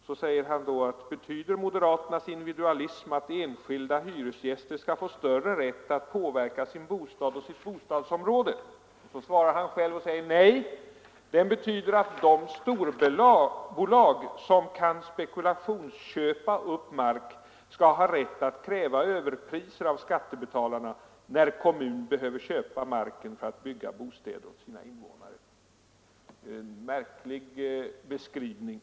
Han sade då: ”Betyder moderaternas individualism att enskilda hyresgäster skall få större rätt att påverka sin bostad och sitt bostadsområde?” Han svarade själv och sade: ”Nej, den betyder att de storbolag som kan spekulationsköpa upp mark skall ha rätt att kräva överpriser av skattebetalarna, när kommun behöver köpa marken för att bygga bostäder åt sina invånare.” Det är en märklig beskrivning.